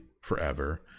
forever